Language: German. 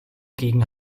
gegen